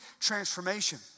transformation